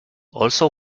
also